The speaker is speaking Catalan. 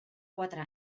quatre